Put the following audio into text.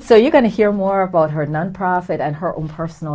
so you're going to hear more about her nonprofit and her own personal